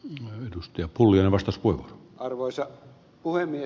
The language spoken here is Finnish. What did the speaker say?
join edustaja pullinen ostos kuin arvoisa puhemies